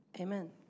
Amen